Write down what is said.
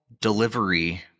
delivery